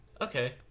Okay